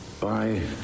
bye